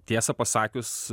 tiesą pasakius